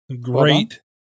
Great